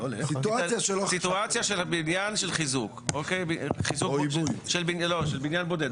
מדובר בסיטואציה של חיזוק בניין בודד.